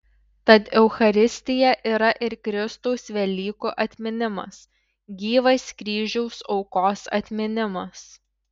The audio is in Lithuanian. tad eucharistija yra ir kristaus velykų atminimas gyvas kryžiaus aukos atminimas